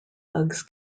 bugs